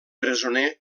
presoner